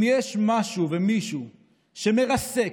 אם יש משהו ומישהו שמרסק,